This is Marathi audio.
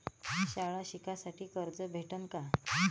शाळा शिकासाठी कर्ज भेटन का?